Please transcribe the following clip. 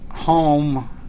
home